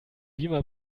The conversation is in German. beamer